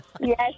Yes